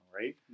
right